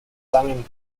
sung